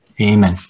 amen